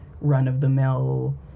run-of-the-mill